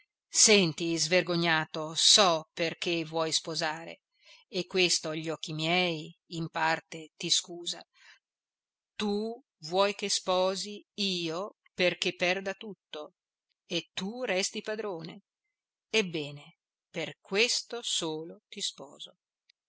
senti svergognato so perché vuoi sposare e questo agli occhi miei in parte ti scusa tu vuoi che sposi io perché perda tutto e tu resti padrone ebbene per questo solo ti sposo